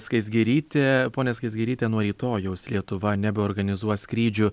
skaisgirytė ponia skaisgiryte nuo rytojaus lietuva nebeorganizuos skrydžių